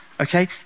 okay